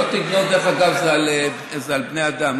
"לא תגנוב" זה על בני אדם,